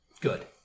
good